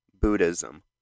Buddhism